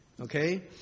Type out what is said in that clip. Okay